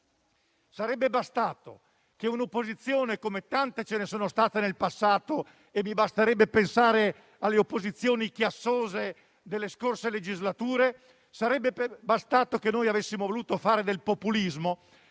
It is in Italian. Sarebbe bastato che un'opposizione, come tante ce ne sono state nel passato (mi basterebbe pensare alle opposizioni chiassose delle scorse legislature), avesse voluto fare del populismo